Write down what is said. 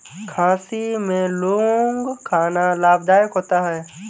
खांसी में लौंग खाना लाभदायक होता है